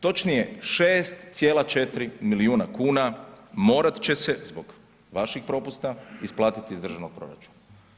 Točnije, 6,4 milijuna kuna morat će se, zbog vaših propusta isplatiti iz državnog proračuna.